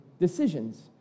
decisions